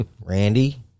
Randy